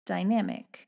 Dynamic